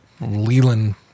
Leland